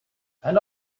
and